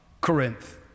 Corinth